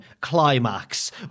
climax